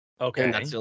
okay